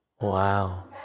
Wow